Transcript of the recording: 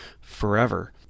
forever